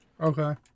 Okay